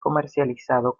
comercializado